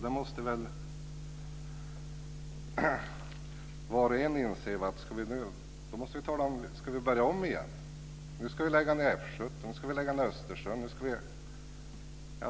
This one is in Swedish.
Det måste väl var och inse. Eller ska vi börja om igen? Ska vi lägga ned F 17 och lägga ned Östersund?